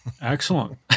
Excellent